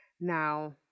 Now